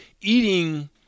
eating